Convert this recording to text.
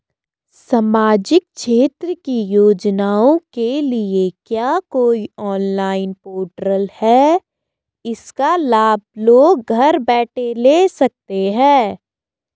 सामाजिक क्षेत्र की योजनाओं के लिए क्या कोई ऑनलाइन पोर्टल है इसका लाभ लोग घर बैठे ले सकते हैं?